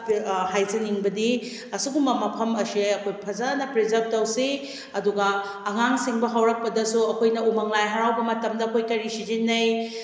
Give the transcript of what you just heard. ꯍꯥꯏꯖꯅꯤꯡꯕꯗꯤ ꯑꯁꯤꯒꯨꯝꯕ ꯃꯐꯝ ꯑꯁꯦ ꯑꯩꯈꯣꯏ ꯐꯖꯅ ꯄ꯭ꯔꯤꯖꯥꯕ ꯇꯧꯁꯤ ꯑꯗꯨꯒ ꯑꯉꯥꯡꯁꯤꯡꯗꯣ ꯍꯧꯔꯛꯄꯗꯁꯨ ꯑꯩꯈꯣꯏꯅ ꯎꯃꯪ ꯂꯥꯏ ꯍꯔꯥꯎꯕ ꯃꯇꯝꯗ ꯑꯩꯈꯣꯏ ꯀꯔꯤ ꯁꯤꯖꯤꯟꯅꯩ